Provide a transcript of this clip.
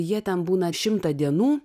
jie ten būna šimtą dienų